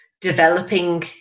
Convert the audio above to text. developing